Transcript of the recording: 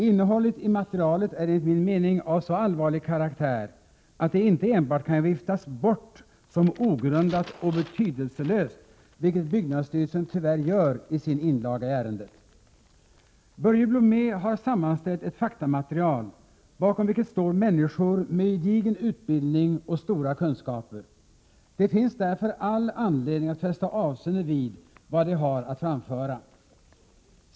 Innehållet i materialet är enligt min mening av så allvarlig karaktär att det inte enbart kan viftas bort som ogrundat och betydelselöst, vilket byggnadsstyrelsen tyvärr gör i sin inlaga i ärendet. Börje Blomé har sammanställt ett faktamaterial bakom vilket står Prot. 1987/88:104 människor med gedigen utbildning och stora kunskaper. Det finns därför all anledning att fästa avseende vid vad de har att anföra.